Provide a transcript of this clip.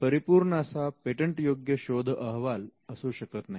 कारण परिपूर्ण असा पेटंटयोग्य शोध अहवाल असू शकत नाही